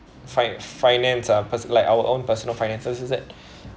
fi~ finance ah pers~ like our own personal finances is it